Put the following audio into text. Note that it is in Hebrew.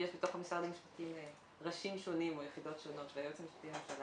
יש בתוך משרד המשפטים ראשים שונים או יחידות שונות והיועץ המשפטי לממשלה